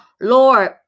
Lord